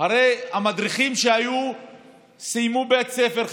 הרי המדריכים שהיו סיימו בית ספר,